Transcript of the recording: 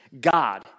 God